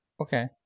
Okay